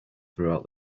throughout